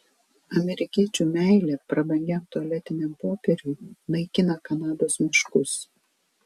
amerikiečių meilė prabangiam tualetiniam popieriui naikina kanados miškus